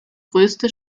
grösste